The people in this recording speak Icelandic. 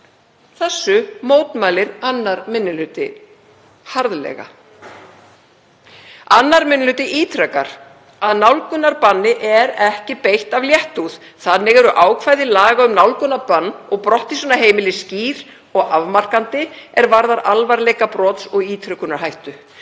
Þessu mótmælir 2. minni hluti harðlega. Annar minni hluti ítrekar að nálgunarbanni er ekki beitt af léttúð. Þannig eru ákvæði laga um nálgunarbann og brottvísun af heimili skýr og afmarkandi er varðar alvarleika brots og ítrekunarhættu.